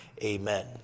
Amen